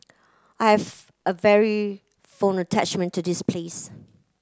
I have a very fond attachment to this place